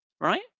right